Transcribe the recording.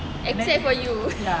except for you